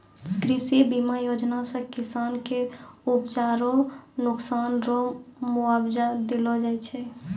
कृषि बीमा योजना से किसान के उपजा रो नुकसान रो मुआबजा देलो जाय छै